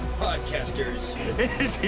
podcasters